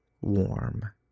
warm